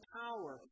power